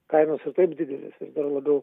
kainos ir taip didelės ir dar labiau